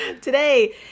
Today